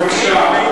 בבקשה.